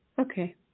Okay